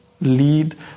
lead